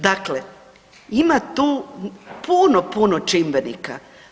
Dakle, ima tu puno, puno čimbenika.